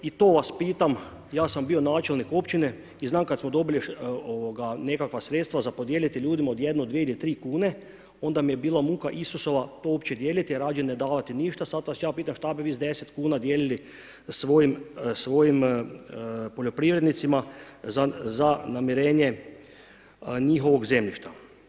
I to vas pitam, ja sam bio načelnik Općine, znam kad smo dobili nekakva sredstva za podijeliti ljudima od jednu, dvije ili tri kune, onda mi je bila muka Isusova, to opće dijeliti, radije ne davati ništa, sad vas ja pitam šta bi vi s deset kuna dijelili svojim poljoprivrednicima za namirenje njihovog zemljišta.